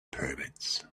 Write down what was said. pyramids